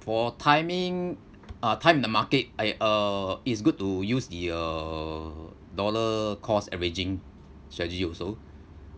for timing uh time in the market I uh it's good to use the uh dollar cost averaging strategy also